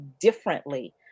differently